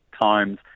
times